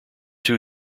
two